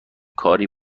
کاری